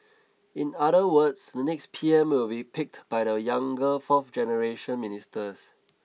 in other words the next P M will be picked by the younger fourth generation ministers